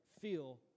feel